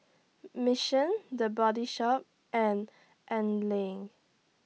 Mission The Body Shop and Anlene